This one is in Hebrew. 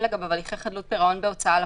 לגביו הליכי חדלות פירעון בהוצאה לפועל.